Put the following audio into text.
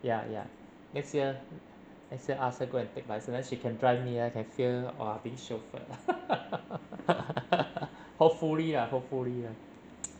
ya ya next year next year ask her go and take license then she can drive me then I can feel !wah! being chauffeured hopefully lah hopefully lah